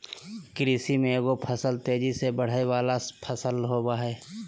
कृषि में एगो फसल तेजी से बढ़य वला फसल होबय हइ